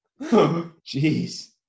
Jeez